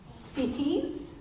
cities